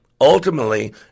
Ultimately